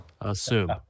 Assume